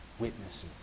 witnesses